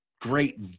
great